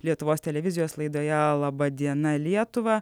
lietuvos televizijos laidoje laba diena lietuva